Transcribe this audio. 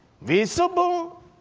visible